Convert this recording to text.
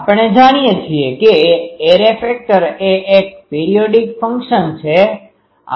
આપણે જાણીએ છીએ કે એરે ફેક્ટર એ એક પીરીયોડીક ફંક્શનperiodic functionસામયિક કાર્ય છે